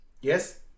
Yes